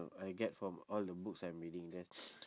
I get from all the books I'm reading then